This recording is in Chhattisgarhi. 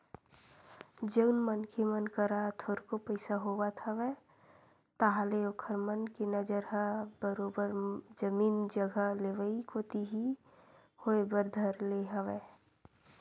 जउन मनखे मन करा थोरको पइसा होवत हवय ताहले ओखर मन के नजर ह बरोबर जमीन जघा लेवई कोती ही होय बर धर ले हवय